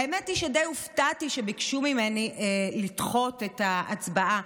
האמת היא שדי הופתעתי שביקשו ממני לדחות את ההצבעה,